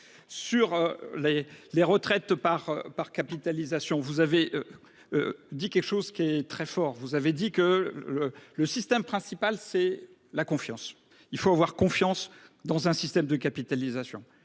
les retraites par capitalisation, vous avez dit quelque chose de très fort. Vous avez affirmé que le principal était la confiance : il faut avoir confiance dans un système de capitalisation.